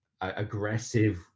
aggressive